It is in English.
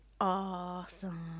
awesome